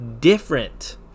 different